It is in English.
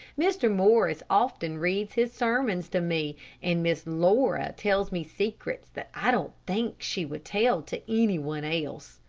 mr. morris often reads his sermons to me, and miss laura tells me secrets that i don't think she would tell to any one else.